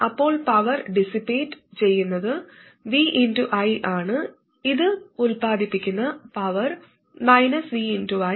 അപ്പോൾ power dissipate ചെയ്യുന്നത് V I ആണ് ഇത് ഉൽപാദിപ്പിക്കുന്ന പവർ V I